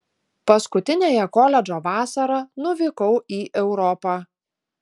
paskutiniąją koledžo vasarą nuvykau į europą